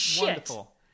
wonderful